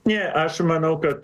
ne aš manau kad